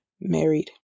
married